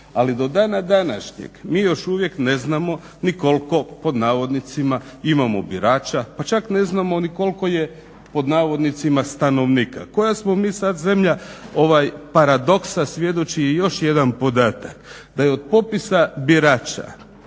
Ali do dana današnjeg mi još uvijek ne znamo ni koliko "imamo birača" pa čak ne znamo ni koliko je "stanovnika"? Koja smo mi sad zemlja paradoksa svjedoči i još jedan podatak. Da je od popisa birača